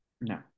no